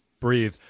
Breathe